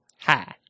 hi